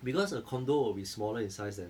because a condo will be smaller in size than